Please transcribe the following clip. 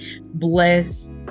bless